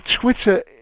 Twitter